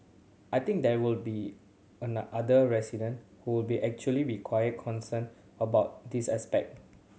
I think there will be a other resident who will be actually require concerned about this aspect